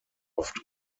oft